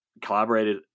collaborated